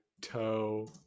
toe